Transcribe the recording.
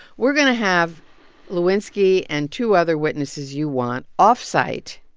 we're going to have lewinsky and two other witnesses you want offsite.